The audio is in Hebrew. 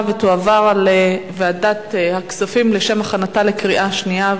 לוועדת הכספים נתקבלה.